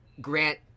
Grant